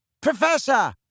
Professor